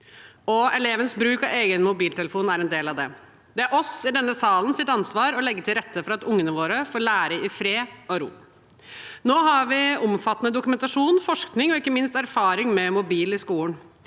og elevenes bruk av egen mobiltelefon er en del av det. Det er ansvaret til oss i denne salen å legge til rette for at ungene våre får lære i fred og ro. Nå har vi omfattende dokumentasjon, forskning og ikke minst erfaring med mobil i skolen.